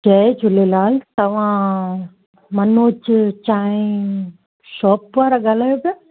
जय झूलेलाल तव्हां मनोज चांहि शॉप वारा ॻाल्हायो पिया